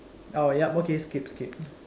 oh yup okay skip skip